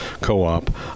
co-op